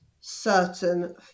certain